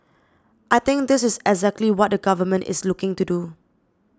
I think this is exactly what the government is looking to do